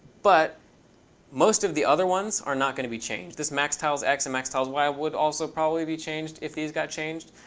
but most of the other ones are not going to be changed. this max tiles x and max tiles y would also probably be changed if these got changed.